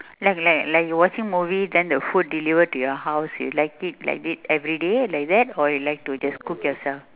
like like like watching movie then the food deliver to your house you like it like this every day like that or you like to just cook yourself